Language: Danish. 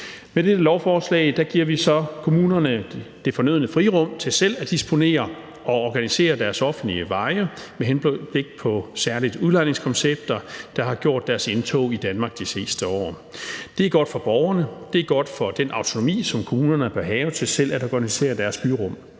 Med dette lovforslag giver vi så kommunerne det fornødne frirum til selv at disponere og organisere deres offentlige veje med henblik på særlig udlejningskoncepter, der har gjort deres indtog i Danmark de seneste år. Det er godt for borgerne, det er godt for den autonomi, som kommunerne bør have til selv at organisere deres byrum,